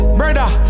brother